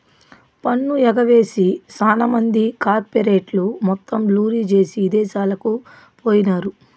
పన్ను ఎగవేసి సాన మంది కార్పెరేట్లు మొత్తం లూరీ జేసీ ఇదేశాలకు పోయినారు